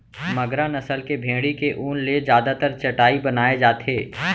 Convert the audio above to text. मगरा नसल के भेड़ी के ऊन ले जादातर चटाई बनाए जाथे